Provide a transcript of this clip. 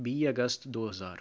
ਵੀਹ ਅਗਸਤ ਦੋ ਹਜ਼ਾਰ